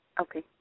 Okay